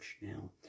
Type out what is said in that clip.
Now